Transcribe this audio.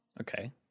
Okay